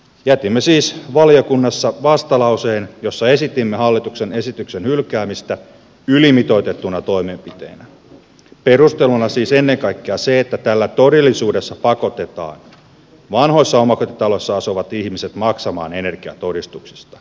jätimme siis valiokunnassa vastalauseen jossa esitimme hallituksen esityksen hylkäämistä ylimitoitettuna toimenpiteenä perusteluna siis ennen kaikkea se että tällä todellisuudessa pakotetaan vanhoissa omakotitaloissa asuvat ihmiset maksamaan energiatodistuksesta